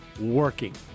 working